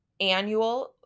annual